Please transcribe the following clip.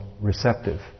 receptive